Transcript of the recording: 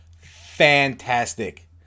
fantastic